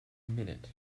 minute